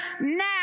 now